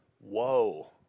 whoa